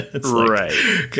right